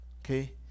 okay